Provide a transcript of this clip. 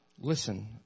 Listen